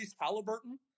Halliburton